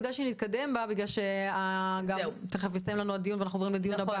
כדאי שנתקדם כי תיכף יסתיים הדיון ונעבור לדיון הבא.